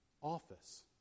office